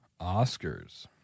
Oscars